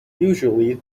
usually